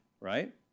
right